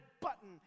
button